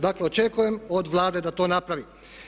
Dakle, očekujem od Vlade da to napravi.